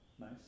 nice